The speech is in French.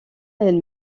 elle